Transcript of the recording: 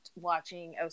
watching